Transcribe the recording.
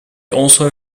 also